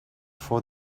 for